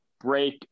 break